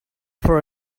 for